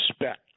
respect